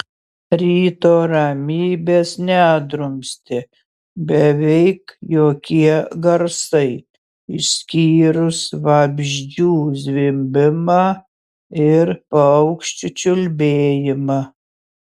ryto ramybės nedrumstė beveik jokie garsai išskyrus vabzdžių zvimbimą ir paukščių čiulbėjimą